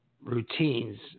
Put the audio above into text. routines